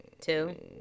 two